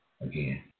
Again